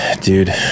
dude